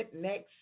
next